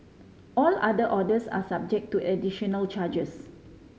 all other orders are subject to additional charges